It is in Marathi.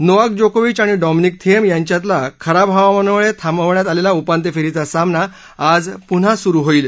नोवाक जोकोविच आणि डॉमिनिक थिएम यांच्यातला खराब हवामानामुळे थांबवण्यात आलेला उपांत्य फेरीचा सामना आज पुन्हा सुरू होईल